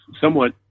somewhat